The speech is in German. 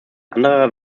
anderer